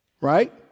Right